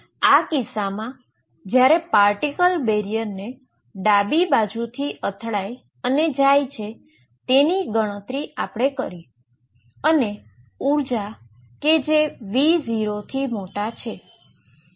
આ કિસ્સામાં જ્યારે પાર્ટીકલ બેરીઅરને ડાબી બાજુથી અથડાયને જાય છે તેની ગણતરી આપણે કરી અને ઉર્જા કે જે V0 થી મોટા છે